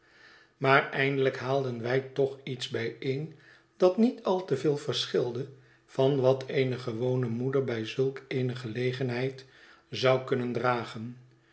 maar eindelijk haalden wij toch iets bijeen dat niet al te veel verschilde van wat eene gewone moeder bij zulk eene gelegenheid zou kunnen dragen